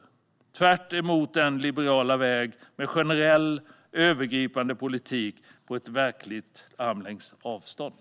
Det är tvärtemot den liberala vägen med generell, övergripande politik på en verklig armlängds avstånd.